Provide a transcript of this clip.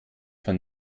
von